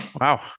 Wow